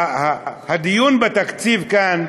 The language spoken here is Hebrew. הדיון בתקציב כאן,